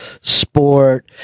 sport